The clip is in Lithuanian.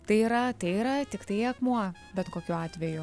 tai yra tai yra tiktai akmuo bet kokiu atveju